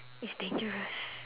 it's dangerous